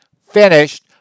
finished